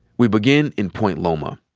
we begin in point loma.